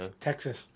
Texas